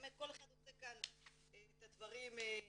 באמת כל אחד עושה כאן את הדברים באופן